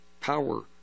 power